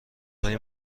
های